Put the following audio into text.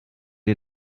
ihr